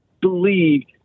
Believe